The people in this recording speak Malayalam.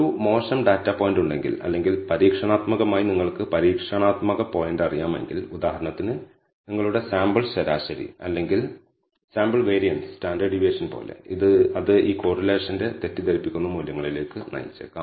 ഒരു മോശം ഡാറ്റാ പോയിന്റ് ഉണ്ടെങ്കിൽ അല്ലെങ്കിൽ പരീക്ഷണാത്മകമായി നിങ്ങൾക്ക് പരീക്ഷണാത്മക പോയിന്റ് അറിയാമെങ്കിൽ ഉദാഹരണത്തിന് നിങ്ങളുടെ സാമ്പിൾ ശരാശരി അല്ലെങ്കിൽ സാമ്പിൾ വേരിയൻസ് സ്റ്റാൻഡേർഡ് ഡീവിയേഷൻ പോലെ അത് ഈ കോറിലേഷന്റെ തെറ്റിദ്ധരിപ്പിക്കുന്ന മൂല്യങ്ങളിലേക്ക് നയിച്ചേക്കാം